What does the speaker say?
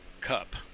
cup